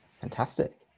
Fantastic